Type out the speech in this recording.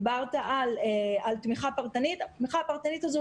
דיברת על תמיכה פרטנית התמיכה הפרטנית הזאת